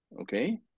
Okay